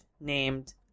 named